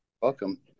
Welcome